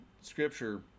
Scripture